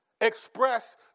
express